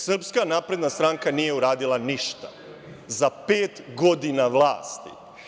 Srpska napredna stranka nije uradila ništa za pet godina vlasti.